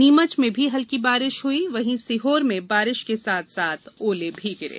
नीमच में भी हल्की बारिश हुई वहीं सीहोर में बारिश के साथ साथ ओले भी गिरे